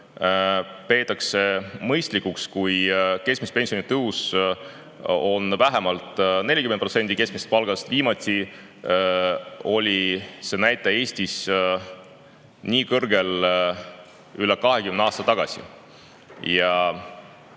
peetakse mõistlikuks, kui keskmine pension on vähemalt 40% keskmisest palgast. Viimati oli see näitaja Eestis nii kõrgel üle 20 aasta tagasi.